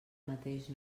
mateix